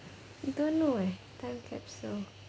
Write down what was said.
I don't know eh time capsule